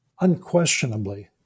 Unquestionably